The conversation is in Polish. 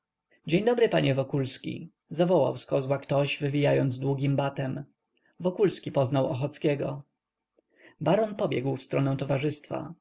dzień dobry panie wokulski zawołał z kozła ktoś wywijając długim batem wokulski poznał ochockiego baron pobiegł w stronę towarzystwa